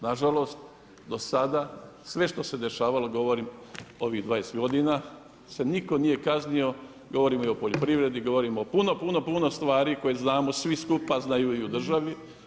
Nažalost, do sada sve što se dešavalo govorim ovih 20 godina se niko nije kaznio, govorimo o poljoprivredi, govorimo puno, puno stvari koje znamo svi skupa, znaju i u državi.